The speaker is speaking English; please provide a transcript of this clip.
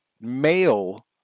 male